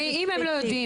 אם הם לא יודעים,